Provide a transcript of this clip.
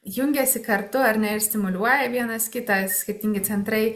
jungiasi kartu ar ne ir stimuliuoja vienas kitą skirtingi centrai